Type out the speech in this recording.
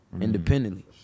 independently